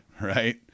Right